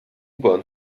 bahn